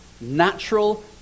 natural